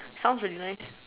sounds really nice